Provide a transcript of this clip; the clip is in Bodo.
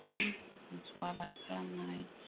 मोसौ आबाद खालामनाय